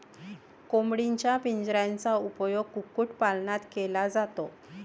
कोंबडीच्या पिंजऱ्याचा उपयोग कुक्कुटपालनात केला जातो